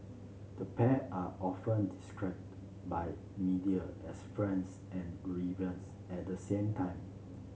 the pair are often described by media as friends and rivals at the same time